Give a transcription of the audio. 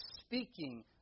speaking